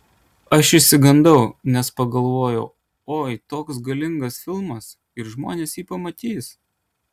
aš išsigandau nes pagalvojau oi toks galingas filmas ir žmonės jį pamatys